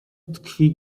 tkwi